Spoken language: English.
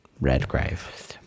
Redgrave